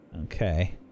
Okay